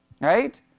Right